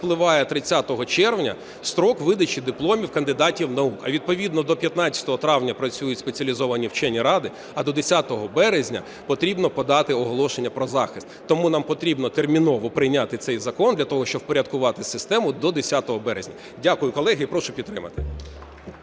відповідно до 15 травня працюють спеціалізовані вчені ради, а до 10 березня потрібно подати оголошення про захист. Тому нам потрібно терміново прийняти цей закон для того, щоб упорядкувати систему до 10 березня. Дякую, колеги. І прошу підтримати.